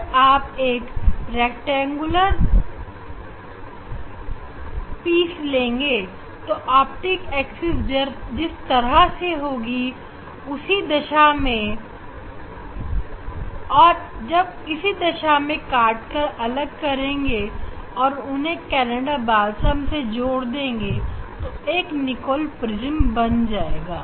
अगर आप एक रैक्टेंगुलर लेंगे तो ऑप्टिक एक्सिस इस तरह से होगी और जब इसी दिशा में काटकर अलग करेंगे और उन्हें कनाडा बालसम से जोड़ देंगे तो एक निकोल प्रिज्म बन जाएगा